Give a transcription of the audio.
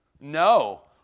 No